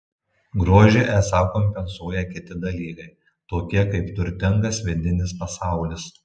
grožį esą kompensuoja kiti dalykai tokie kaip turtingas vidinis pasaulis